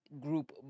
group